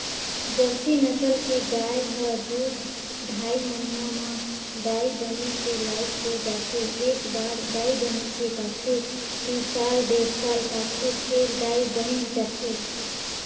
Jersey नसल के गाय ह दू ढ़ाई महिना म दाई बने के लइक हो जाथे, एकबार दाई बने के पाछू में साल डेढ़ साल पाछू फेर दाई बइन जाथे